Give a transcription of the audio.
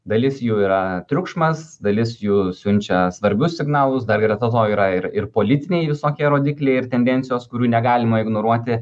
dalis jų yra triukšmas dalis jų siunčia svarbius signalus dar greta to yra ir ir politiniai visokie rodikliai ir tendencijos kurių negalima ignoruoti